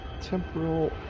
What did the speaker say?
Temporal